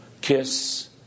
Kiss